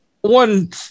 one